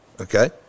Okay